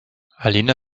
alina